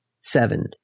seven